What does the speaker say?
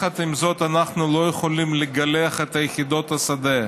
עם זאת, אנחנו לא יכולים לגלח את יחידות השדה.